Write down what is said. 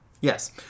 Yes